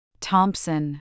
Thompson